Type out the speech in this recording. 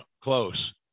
close